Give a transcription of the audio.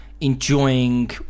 enjoying